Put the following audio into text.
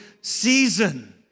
season